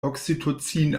oxytocin